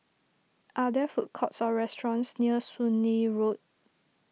are there food courts or restaurants near Soon Lee Road